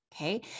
okay